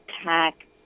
attack